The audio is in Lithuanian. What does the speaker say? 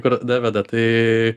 kur daveda tai